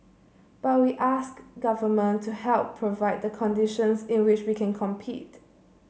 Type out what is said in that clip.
but we ask government to help provide the conditions in which we can compete